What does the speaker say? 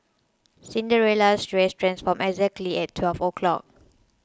Cinderella's dress transformed exactly at twelve o'clock